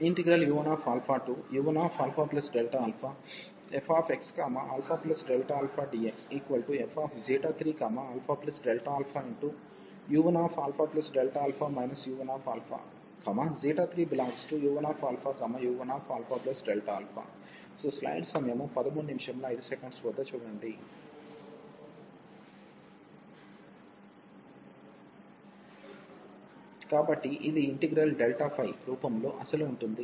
u1u1αΔαfxαΔαdxf3αΔαu1αΔα u1 3u1u1αΔα కాబట్టి ఇది integral ΔΦ రూపంలో అసలు ఉంటుంది